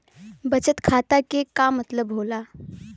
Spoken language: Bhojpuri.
बचत खाता के का मतलब होला?